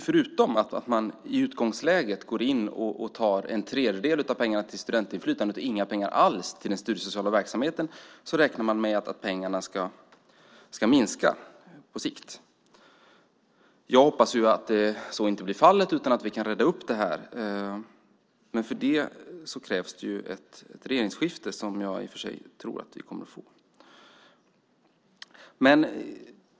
Förutom att man i utgångsläget bara ger en tredjedel av de föreslagna pengarna till studentinflytandet och inga pengar alls till den studiesociala verksamheten kommer pengarna att minska på sikt. Jag hoppas att så inte blir fallet utan att vi kan reda upp detta. Men för det krävs det ett regeringsskifte, som jag i och för sig tror att vi kommer att få.